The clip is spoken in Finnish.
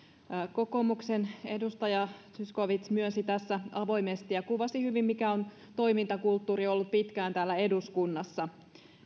kokoomuksen edustaja zyskowicz myönsi tässä avoimesti ja kuvasi hyvin mikä on toimintakulttuuri ollut pitkään täällä eduskunnassa